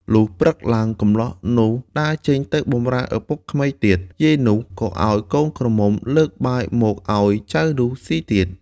លុះព្រឹកឡើង កម្លោះនោះដើរចេញទៅបំរើឪពុកក្មេកទៀត យាយនោះក៏ឱ្យកូនក្រមុំលើកបាយមកឱ្យចៅនោះស៊ីទៀត